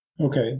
Okay